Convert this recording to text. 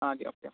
অ' দিয়ক দিয়ক